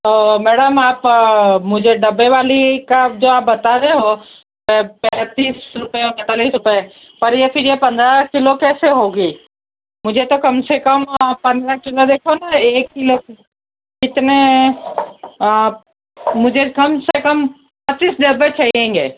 तो मैडम आप मुझे डब्बे वाली का जो आप बता रहे हो पैंतीस रुपये और पैंतालीस रुपए ये पर ये फिर ये पंद्रह किलो कैसे होगी मुझे तो कम से कम पंद्रह किलो देखो ना एक किलो कितने मुझे कम से कम पच्चीस डब्बे लगेंगे